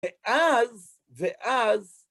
ואז, ואז,